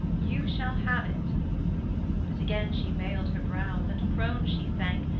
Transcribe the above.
you shall have it but again she veiled her brows, and prone she sank,